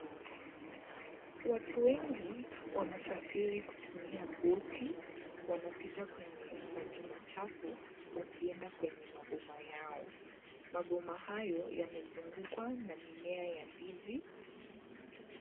Watu wengi wanasafiri kutumia boat , wanapita kwenye maji machafu, wakienda kwenye maboma yao. Maboma hayo yamezungukwa na mimea ya ndizi.